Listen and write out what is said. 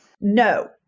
No